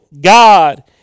God